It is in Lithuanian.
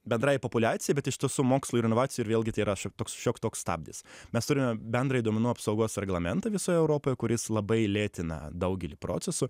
bendrai populiacijai bet iš tiesų mokslo ir inovacijų ir vėlgi tai yra toks šiok toks stabdis mes turime bendrąjį duomenų apsaugos reglamentą visoje europoje kuris labai lėtina daugelį procesų